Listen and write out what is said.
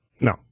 No